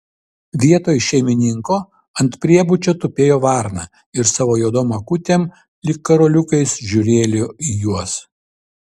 vietoj šeimininko ant priebučio tupėjo varna ir savo juodom akutėm lyg karoliukais žiūrėjo į juos